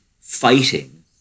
fighting